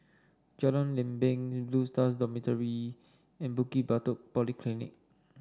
Jalan Lempeng Blue Stars Dormitory and Bukit Batok Polyclinic